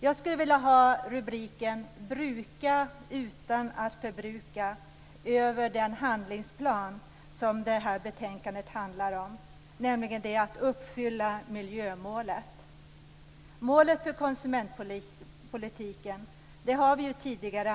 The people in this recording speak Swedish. Jag skulle vilja ha rubriken Bruka utan att förbruka över den handlingsplan som detta betänkande handlar om, dvs. att uppfylla miljömålet. Målet för konsumentpolitiken har antagits tidigare.